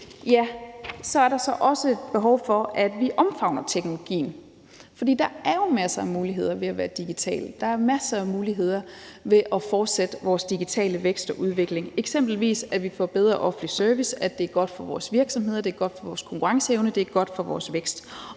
samtidig er der så også behov for, at vi omfavner teknologien. For der er jo masser af muligheder ved at være digital, og der er masser af muligheder ved at fortsætte vores digitale udvikling. Eksempelvis at vi får bedre offentlig service, og at det er godt for vores virksomheder og vores konkurrenceevne. Det lytter jeg mig